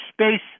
space